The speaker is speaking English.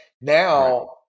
now